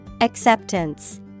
Acceptance